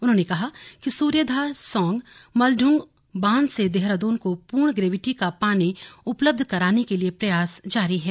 उन्होंने कहा कि सूर्यधार सौंग और मलदूंग बांध से देहरादून को पूर्ण ग्रेविटी का पानी उपलब्ध कराने के लिए प्रयास जारी है